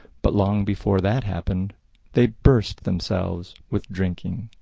but long before that happened they burst themselves with drinking.